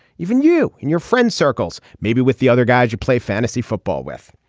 even you in your friends circles maybe with the other guys you play fantasy football with.